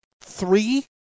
three